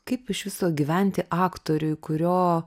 kaip iš viso gyventi aktoriui kurio